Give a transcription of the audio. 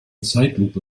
zeitlupe